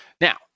Now